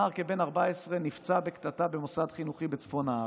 נער כבן 14 נפצע בקטטה במוסד חינוכי בצפון הארץ.